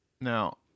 Now